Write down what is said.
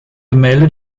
gemälde